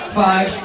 five